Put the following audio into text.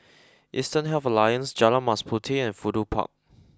Eastern Health Alliance Jalan Mas Puteh and Fudu Park